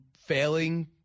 failing